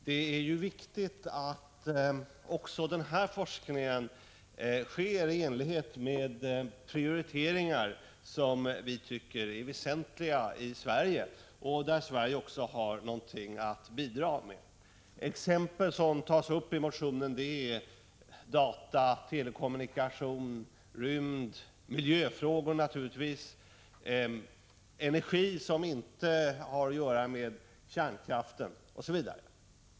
Det är viktigt att också den här forskningen sker i enlighet med de prioriteringar som vi i Sverige tycker är väsentliga och där Sverige har någonting att bidra med. Exempel som tas upp i motionen är dataoch telekommunikationer, rymdfrågor, naturligtvis miljöfrågor, energi som inte har att göra med kärnkraften, osv.